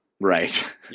Right